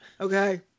Okay